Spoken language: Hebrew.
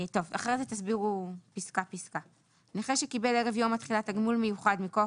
נכה שקיבל ערב יום התחילה תגמול מיוחד מכוח